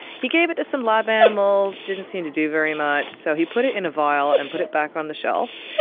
he gave it to some lab animals, it didn't seem to do very much, so he put it in a vial and put it back on the shelf.